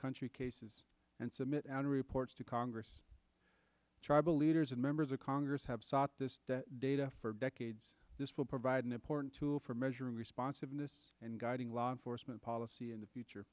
country cases and submit and reports to congress tribal leaders and members of congress have sought this data for decades this will provide an important tool for measuring responsiveness and guiding law enforcement policy in the future